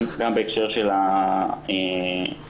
גם בהקשר של המענקים,